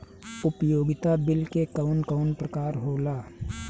उपयोगिता बिल के कवन कवन प्रकार होला?